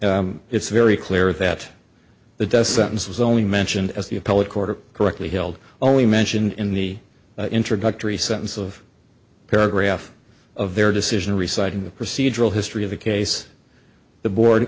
and it's very clear that the does sentence was only mentioned as the appellate court correctly held only mentioned in the introductory sentence of paragraph of their decision reciting the procedural history of the case the board